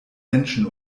menschen